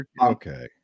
Okay